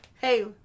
Hey